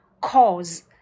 Cause